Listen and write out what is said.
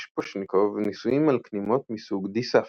שפושניקוב ניסויים על כנימות מסוג דיסאפיס.